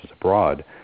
abroad